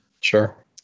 Sure